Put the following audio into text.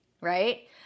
Right